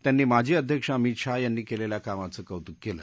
त्यांनी माजी अध्यक्ष अमित शाह यांनी केलेल्या कामाचं कौतुक केलं